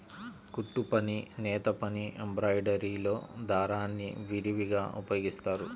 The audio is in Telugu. కుట్టుపని, నేతపని, ఎంబ్రాయిడరీలో దారాల్ని విరివిగా ఉపయోగిస్తారు